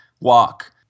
walk